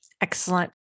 Excellent